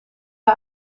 hij